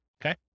Okay